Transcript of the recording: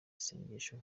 isengesho